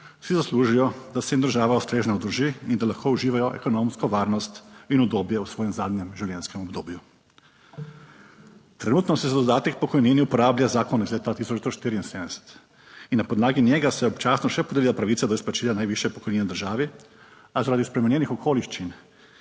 si zaslužijo, da se jim država ustrezno drži in da lahko uživajo ekonomsko varnost in udobje v svojem zadnjem življenjskem obdobju. Trenutno se za dodatek k pokojnini uporablja zakon iz leta 1974 in na podlagi njega se je občasno še podelila pravica do izplačila najvišje pokojnine državi, a zaradi spremenjenih okoliščin